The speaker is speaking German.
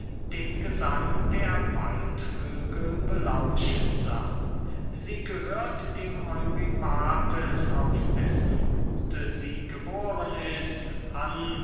den gesang der waldvögel belauschen sah sie gehört dem eurybates auf dessen gute sie geboren ist an